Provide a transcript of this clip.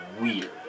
weird